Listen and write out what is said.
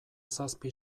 zazpi